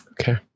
okay